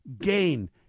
gain